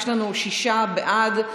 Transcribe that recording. יש לנו שישה בעד,